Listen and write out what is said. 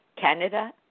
Canada